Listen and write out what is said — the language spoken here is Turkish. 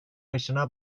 başına